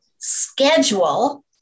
schedule